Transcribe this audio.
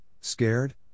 scared